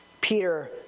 Peter